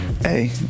Hey